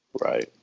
Right